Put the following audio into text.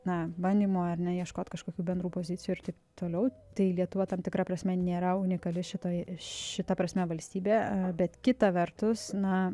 na bandymų ar ne ieškot kažkokių bendrų pozicijų ir taip toliau tai lietuva tam tikra prasme nėra unikali šitoj šita prasme valstybė bet kita vertus na